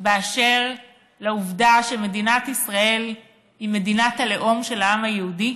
באשר לעובדה שמדינת ישראל היא מדינת הלאום של העם היהודי?